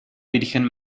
virgen